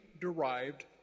derived